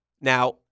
Now